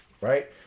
right